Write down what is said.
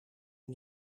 een